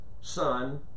Son